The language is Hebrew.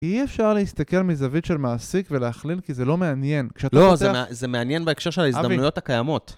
אי אפשר להסתכל מזווית של מעסיק ולהכליל, כי זה לא מעניין. לא, זה מעניין בהקשר של ההזדמנויות הקיימות.